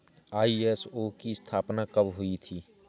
ISO की स्थापना कब हुई थी?